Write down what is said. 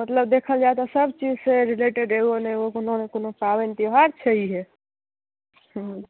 मतलब देखल जाय तऽ सभ चीजसँ रिलेटेड एगो ने एगो कोनो ने कोनो पाबनि त्योहार छैहे हँ